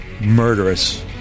murderous